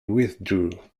withdrew